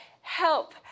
help